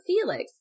Felix